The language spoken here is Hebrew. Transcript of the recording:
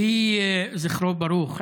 יהי זכרו ברוך,